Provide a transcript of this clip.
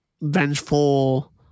vengeful